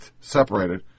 separated